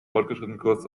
fortgeschrittenenkurs